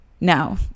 Now